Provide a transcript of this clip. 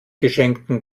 geschenkten